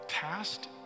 past